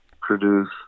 produce